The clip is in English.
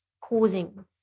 causing